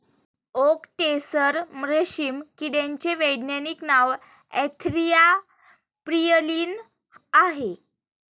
okay टेसर रेशीम किड्याचे वैज्ञानिक नाव अँथेरिया प्रियलीन आहे